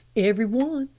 every one,